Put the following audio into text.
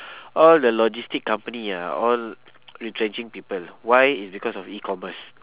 all the logistic company ah all retrenching people why it's because of e-commerce